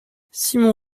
simon